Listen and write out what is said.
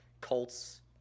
Colts